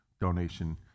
donation